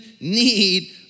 need